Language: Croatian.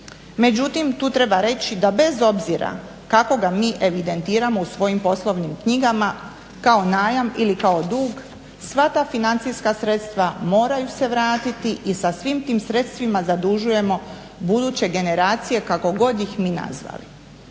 Međutim, tu treba reći da bez obzira kako ga mi evidentiramo u svojim poslovnim knjigama, kao najam ili kao dug sva ta financijska sredstva moraju se vratiti i sa svim tim sredstvima zadužujemo buduće generacije kako god ih mi nazvali.